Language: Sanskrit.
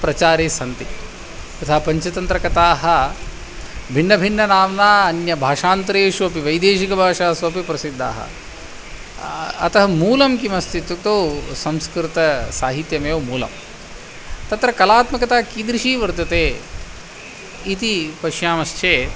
प्रचारे सन्ति यथा पञ्चतन्त्रकथाः भिन्नभिन्ननाम्ना अन्यभाषान्तरेषु अपि वैदेशिकभाषासु अपि प्रसिद्धाः अतः मूलं किमस्ति इत्युक्तौ संस्कृतसाहित्यमेव मूलं तत्र कलात्मकता कीदृशी वर्तते इति पश्यामश्चेत्